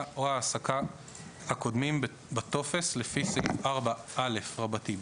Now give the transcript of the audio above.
או ההעסקה הקודמים בטופס לפי סעיף 4א(ב)